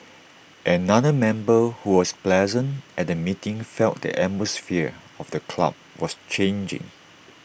another member who was present at the meeting felt the atmosphere of the club was changing